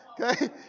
Okay